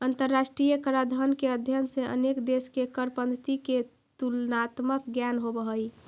अंतरराष्ट्रीय कराधान के अध्ययन से अनेक देश के कर पद्धति के तुलनात्मक ज्ञान होवऽ हई